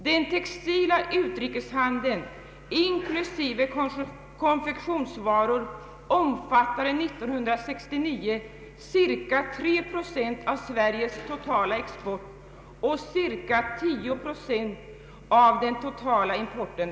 Den textila utrikeshandeln inklusive konfektionsvaror omfattade 1969 cirka 3 procent av Sveriges totala export och cirka 10 procent av landets totala import.